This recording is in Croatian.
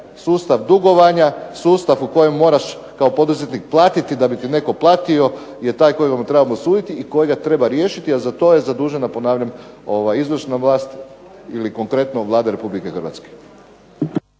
sustav dugovanja, sustav u kojem moraš kao poduzetnik platiti da bi ti netko platio, jer taj kojemu trebamo suditi i kojega treba riješiti, a za to je zadužena ponavljam izvršna vlast ili konkretno Vlada Republike Hrvatske.